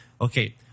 Okay